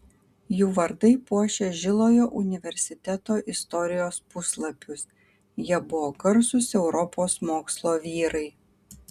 jų vardai puošia žilojo universiteto istorijos puslapius jie buvo garsūs europos mokslo vyrai